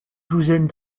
douzaine